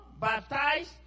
baptized